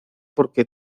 porque